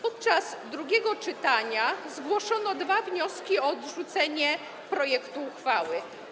Podczas drugiego czytania zgłoszono dwa wnioski o odrzucenie projektu uchwały.